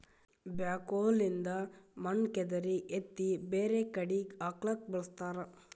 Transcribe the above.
backhoe ಲಿಂದ್ ಮಣ್ಣ್ ಕೆದರಿ ಎತ್ತಿ ಬ್ಯಾರೆ ಕಡಿ ಹಾಕ್ಲಕ್ಕ್ ಬಳಸ್ತಾರ